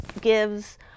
gives